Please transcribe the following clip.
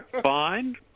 Fine